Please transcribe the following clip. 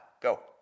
Go